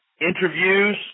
interviews